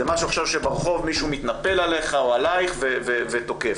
כשמישהו ברחוב מתנפל עליך או עליך ותוקף.